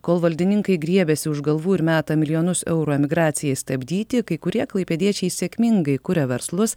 kol valdininkai griebiasi už galvų ir meta milijonus eurų emigracijai stabdyti kai kurie klaipėdiečiai sėkmingai kuria verslus